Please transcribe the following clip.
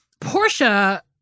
Portia